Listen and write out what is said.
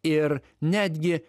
ir netgi